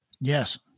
Yes